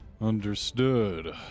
Understood